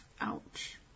Ouch